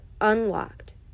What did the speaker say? unlocked